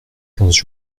quinze